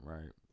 Right